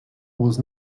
was